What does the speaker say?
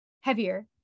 heavier